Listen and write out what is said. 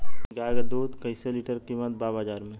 गाय के दूध कइसे लीटर कीमत बा बाज़ार मे?